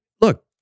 look